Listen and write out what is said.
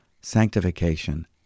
sanctification